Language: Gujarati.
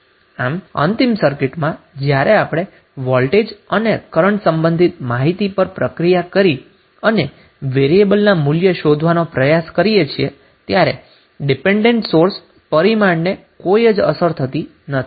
આમ અંતિમ સર્કીંટમાં જ્યારે આપણે વોલ્ટેજ અને કરન્ટ સંબંધિત માહિતી પર પ્રક્રિયા કરી અને વેરીએબલનું મૂલ્ય શોધવાનો પ્રયાસ કરીએ છીએ ત્યારે ડીપેન્ડન્ટ સોર્સ પેરામીટર ને કોઈ જ અસર થતી નથી